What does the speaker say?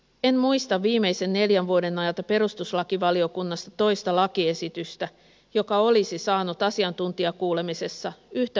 en muista viimeisen neljän vuoden ajalta perustuslakivaliokunnasta toista lakiesitystä joka olisi saanut asiantuntijakuulemisessa yhtä myönteisen vastaanoton